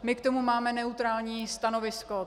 My k tomu máme neutrální stanovisko.